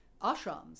ashrams